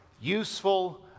useful